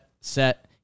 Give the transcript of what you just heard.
set